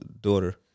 daughter